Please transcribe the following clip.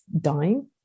dying